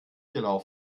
gelaufen